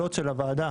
הוועדה,